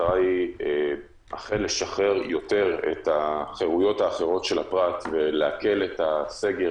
המטרה היא לשחרר יותר את החירויות האחרות של הפרט ולהקל את הסגר